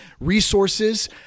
resources